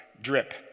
drip